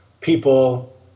people